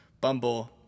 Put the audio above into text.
Bumble